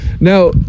Now